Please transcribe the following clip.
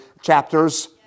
chapters